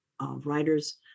writers